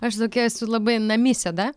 aš tokia esu labai namisėda